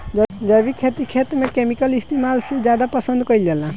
जैविक खेती खेत में केमिकल इस्तेमाल से ज्यादा पसंद कईल जाला